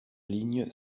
ligne